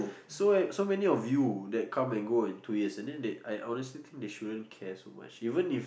so when so many of you that come and go in two years and then they I honestly think they shouldn't care so much even if